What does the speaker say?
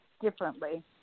differently